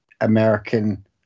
American